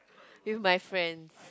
with my friends